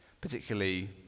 particularly